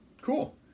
Cool